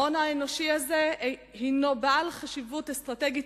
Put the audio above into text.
ההון האנושי הזה הוא בעל חשיבות אסטרטגית